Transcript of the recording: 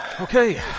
Okay